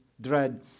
dread